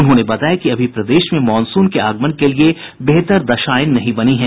उन्होंने बताया कि अभी प्रदेश में मॉनसून के आगमन के लिए बेहतर दशाएं नहीं बनी हैं